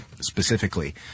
specifically